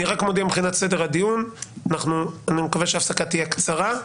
אני מקווה שההפסקה תהיה קצרה.